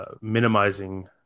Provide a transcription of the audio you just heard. minimizing